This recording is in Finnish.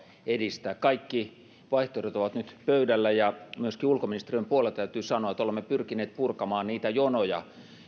edistää kaikki vaihtoehdot ovat nyt pöydällä ja myöskin ulkoministeriön puolelta täytyy sanoa että olemme pyrkineet purkamaan niitä jonoja